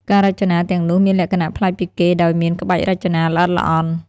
ការរចនាទាំងនោះមានលក្ខណៈប្លែកពីគេដោយមានក្បាច់រចនាល្អិតល្អន់។